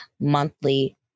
monthly